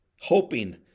hoping